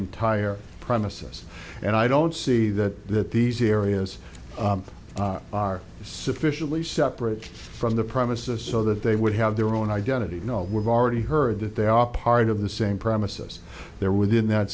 entire premises and i don't see that that these areas are sufficiently separate from the premises so that they would have their own identity no we're already heard that they are part of the same premises there within that